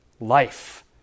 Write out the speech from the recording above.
life